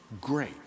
great